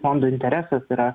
fondų interesas yra